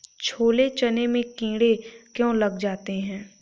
छोले चने में कीड़े क्यो लग जाते हैं?